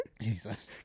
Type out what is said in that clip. Jesus